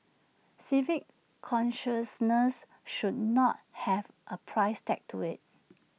civic consciousness should not have A price tag to IT